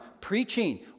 Preaching